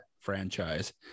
franchise